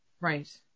right